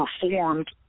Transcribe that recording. performed